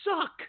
suck